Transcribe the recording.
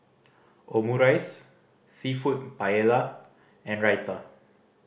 Omurice Seafood Paella and Raita